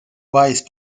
vice